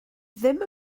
ddim